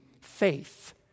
faith